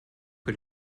que